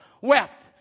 Wept